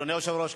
אדוני היושב-ראש,